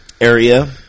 area